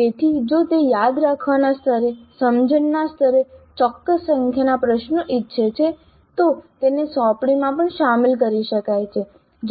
તેથી જો તે યાદ રાખવાના સ્તરે સમજણના સ્તરે ચોક્કસ સંખ્યાના પ્રશ્નો ઈચ્છે છે તો તેને સોંપણીમાં પણ શામેલ કરી શકાય છે